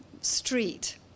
street